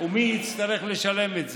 ומי יצטרך לשלם את זה.